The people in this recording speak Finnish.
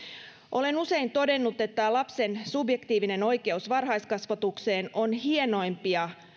olen usein todennut että lapsen subjektiivinen oikeus varhaiskasvatukseen on hienoimpia